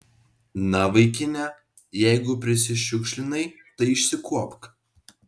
na vaikine jeigu prisišiukšlinai tai išsikuopk